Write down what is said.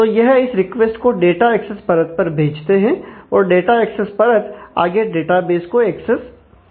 तो यह इस रिक्वेस्ट को डाटा एक्सेस परत पर भेजते हैं और डाटा एक्सेस परत आगे डेटाबेस को एक्सेस करती है